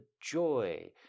joy